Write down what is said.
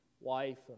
wife